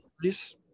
please